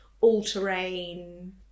all-terrain